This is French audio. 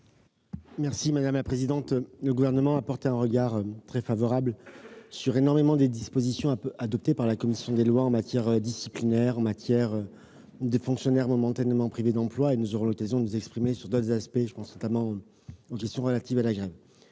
l'amendement n° 393. Le Gouvernement a porté un regard très favorable sur bien des dispositions adoptées par votre commission des lois en matière disciplinaire ou pour les fonctionnaires momentanément privés d'emploi. Nous aurons l'occasion de nous exprimer sur d'autres aspects ; je pense notamment aux questions relatives à la grève.